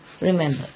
remember